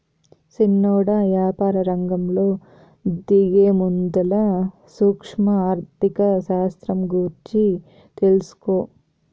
సిన్నోడా, యాపారరంగంలో దిగేముందల సూక్ష్మ ఆర్థిక శాస్త్రం గూర్చి తెలుసుకో